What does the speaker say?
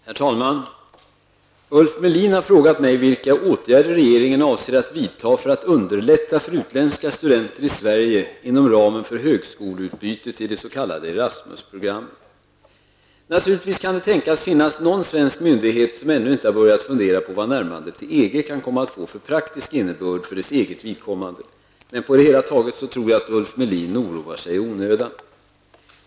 Herr talman! Ulf Melin har frågat mig vilka åtgärder regeringen avser att vidta för att underlätta för utländska studenter i Sverige inom ramen för högskoleutbytet i det s.k. Erasmusprogrammet. Naturligtvis kan det tänkas finnas någon svensk myndighet som ännu inte har börjat fundera på vad närmandet till EG kan komma att få för praktisk innebörd för dess eget vidkommande. Men på det hela taget tror jag att Ulf Melin oroar sig i onödan.